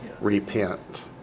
Repent